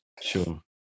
Sure